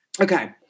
Okay